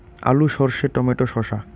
আলু সর্ষে টমেটো শসা